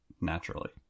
naturally